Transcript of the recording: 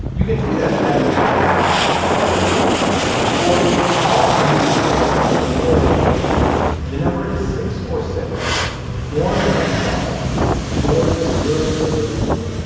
you can tweet us at hashtag how to pod or if you call and you leave us a voicemail we might play it on the air the number is six four six four nine five four zero zero one.